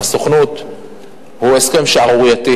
הסוכנות הוא הסכם שערורייתי.